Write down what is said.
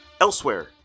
Elsewhere